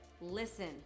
Listen